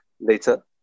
Later